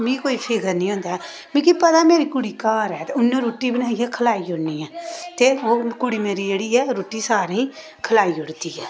मी कोई फिक्र नेईं होंदा ऐ मिगी पता मेरी कुड़ी घर ऐ ते उ'नें रुटी बनाइयै खलाई ओड़नी ऐ ते ओह् कुड़ी मेरी जेह्ड़ी ऐ रुटी सारें गी खलाई ओड़दी ऐ